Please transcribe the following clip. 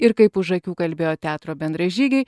ir kaip už akių kalbėjo teatro bendražygiai